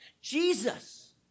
Jesus